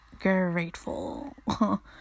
grateful